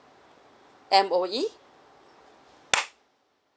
M_O_E